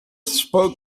spoke